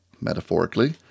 metaphorically